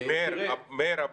מאיר,